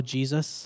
Jesus